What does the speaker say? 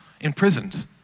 Imprisoned